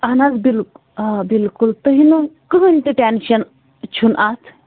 اہن حظ بِل آ بِلکُل تُہۍ یِنو کٕہٕنۍ تہِ ٹٮ۪نشَن چھُنہٕ اَتھ